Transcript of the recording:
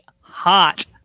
hot